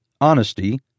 honesty